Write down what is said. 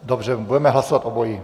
Dobře, budeme hlasovat obojí.